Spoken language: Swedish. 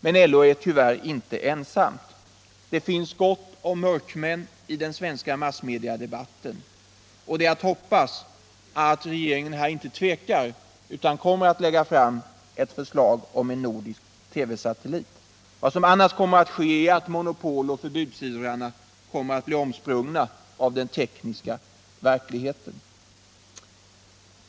Men LO är tyvärr inte ensamt. Det finns gott om mörkmän i den svenska massmediadebatten. Det är att hoppas att regeringen inte tvekar utan här kommer att lägga fram ett förslag om en nordisk TV-satellit. Vad som annars kommer att ske är att monopoloch förbudsivrarna kommer att bli omsprungna av den tekniska verkligheten.